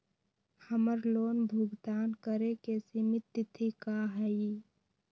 हमर लोन भुगतान करे के सिमित तिथि का हई?